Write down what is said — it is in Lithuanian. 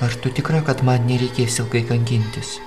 ar tu tikra kad man nereikės ilgai kankintis